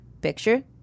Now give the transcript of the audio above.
picture